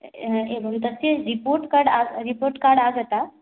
एवं तस्य report card आ रिपोर्ट् कार्ड् आगतम्